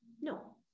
No